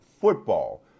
football